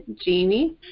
Jamie